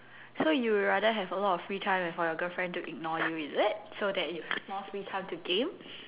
so you rather have a lot of free time and for your girlfriend to ignore you is it so that you have more free time to game